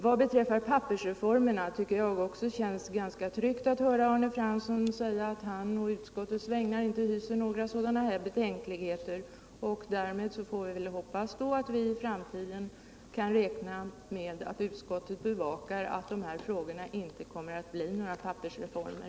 Vad beträffar ”pappersreformerna” tycker jag också att det känns ganska tryggt att höra Arne Fransson säga på utskottets vägnar att han inte hyser några sådana betänkligheter som det här var fråga om. Därmed får vi väl hoppas att vi i framtiden kan räkna med att utskottet bevakar att dessa frågor inte kommer att resultera i några ”pappersreformer.”